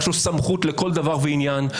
יש לו סמכות לכל דבר ועניין.